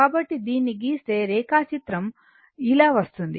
కాబట్టి దీన్ని గీస్తే రేఖాచిత్రం ఇలా వస్తుంది